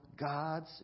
God's